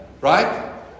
Right